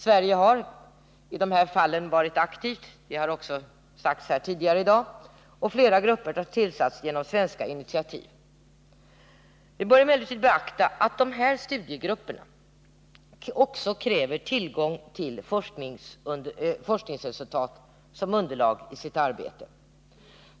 Sverige har i det sammanhanget varit aktivt, vilket har sagts här tidigare i dag, och flera grupper har tillsatts genom svenskt initiativ. Man bör emellertid beakta att dessa studiegrupper också kräver tillgång till forskningsresultat som underlag för sitt arbete.